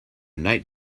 night